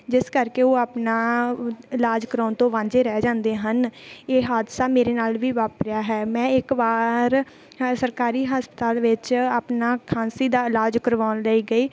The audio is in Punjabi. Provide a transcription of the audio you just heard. ਜਿਸ ਕਰਕੇ ਉਹ ਆਪਣਾ ਇਲਾਜ ਕਰਵਾਉਣ ਤੋਂ ਵਾਂਝੇ ਰਹਿ ਜਾਂਦੇ ਹਨ ਇਹ ਹਾਦਸਾ ਮੇਰੇ ਨਾਲ ਵੀ ਵਾਪਰਿਆ ਹੈ ਮੈਂ ਇੱਕ ਵਾਰ ਹ ਸਰਕਾਰੀ ਹਸਪਤਾਲ ਵਿੱਚ ਆਪਣਾ ਖਾਂਸੀ ਦਾ ਇਲਾਜ ਕਰਵਾਉਣ ਲਈ ਗਈ